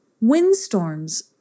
Windstorms